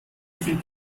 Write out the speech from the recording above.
viel